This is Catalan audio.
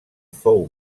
fou